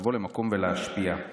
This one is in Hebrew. לבוא למקום ולהשפיע.